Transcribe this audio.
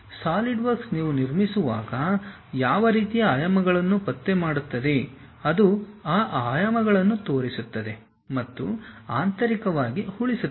SolidWorks ನೀವು ನಿರ್ಮಿಸುವಾಗ ಯಾವ ರೀತಿಯ ಆಯಾಮಗಳನ್ನು ಪತ್ತೆ ಮಾಡುತ್ತದೆ ಅದು ಆ ಆಯಾಮಗಳನ್ನು ತೋರಿಸುತ್ತದೆ ಮತ್ತು ಆಂತರಿಕವಾಗಿ ಉಳಿಸುತ್ತದೆ